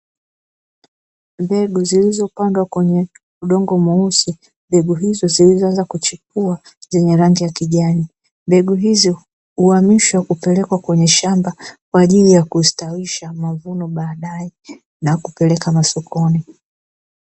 Mbegu zilizopandwa kwenye udongo mweusi, mbegu hizo zilizoanza kuchipua zenye rangi ya kijani. Mbegu hizo huamishwa kupelekwa kwenye shamba kwa ajili ya kustawisha mavuno baadaye na kupeleka masokoni.